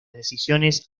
decisiones